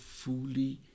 fully